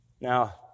Now